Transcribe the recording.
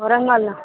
Warangal